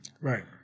Right